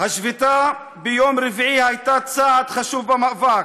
השביתה ביום רביעי הייתה צעד חשוב במאבק.